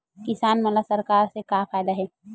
किसान मन ला सरकार से का फ़ायदा हे?